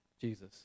Jesus